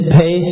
pay